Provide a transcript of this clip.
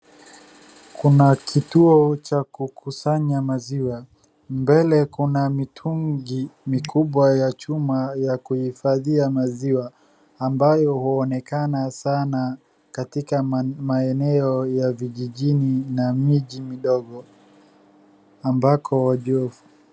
Kuna kituo cha kukusanya maziwa. Mbele kuna mitungi mikubwa ya chuma ya kuhifadhia maziwa, ambayo huonekana sana katika maeneo ya vijijini na miji midogo, ambako wajofu.